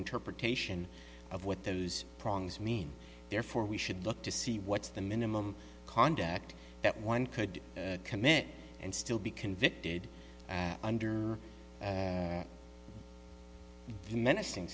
interpretation of what those prongs mean therefore we should look to see what's the minimum conduct that one could commit and still be convicted under menacing